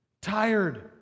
tired